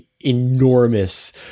enormous